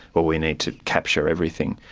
well, we need to capture everything.